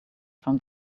from